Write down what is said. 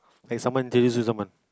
like someone dates someone